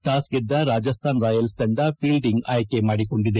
ಟಾಸ್ಗೆದ್ದ Rajasthan Royals ತಂಡ fielding ಆಯ್ಕೆ ಮಾಡಿಕೊಂಡಿದೆ